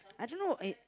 I don't know it